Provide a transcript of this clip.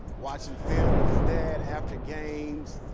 watching film with his dad after games,